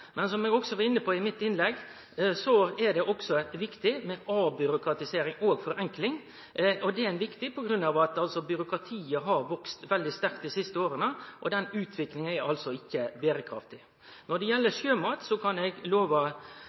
Men som eg var inne på i mitt innlegg, er det også viktig med avbyråkratisering og forenkling, fordi byråkratiet har vakse veldig sterkt dei siste åra. Den utviklinga er ikkje berekraftig. Når det gjeld sjømat, kan eg